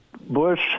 Bush